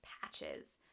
patches